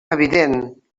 evident